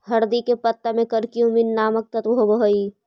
हरदी के पत्ता में करक्यूमिन नामक तत्व होब हई